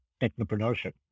technopreneurship